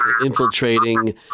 infiltrating